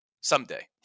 someday